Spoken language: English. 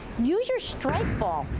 use your strike ball.